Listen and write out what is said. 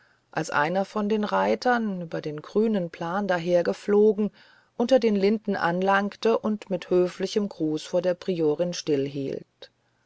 als einer von den reitern über den grünen plan dahergeflogen unter den linden anlangte und mit höflichem gruß vor der priorin